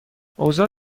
اوضاع